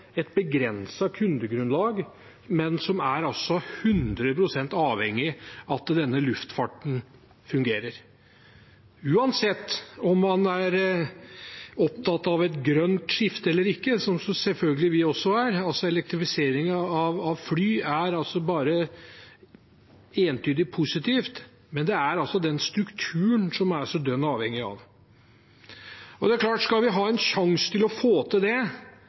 et begrenset kundegrunnlag, men de er 100 pst. avhengig av at luftfarten fungerer. Uansett om man er opptatt av et grønt skifte eller ikke, som vi også selvfølgelig er – elektrifisering av fly er bare positivt – er man dønn avhengig av den strukturen. Skal vi ha en sjanse til å få det til, må det